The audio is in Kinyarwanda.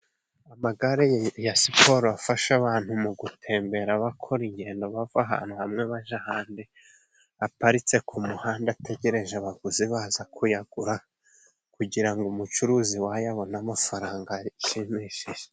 Amagarare ya siporo afasha abantu mu gutembera bakora ingendo bava ahantu hamwe baja ahandi, aparitse ku muhanda ategereje abaguzi baza kuyagura kugira ngo umucuruzi wayo abone amafaranga ashimishije.